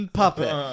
puppet